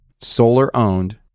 solar-owned